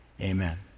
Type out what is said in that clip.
Amen